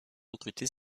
recruter